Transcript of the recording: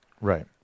Right